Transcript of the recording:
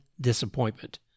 disappointment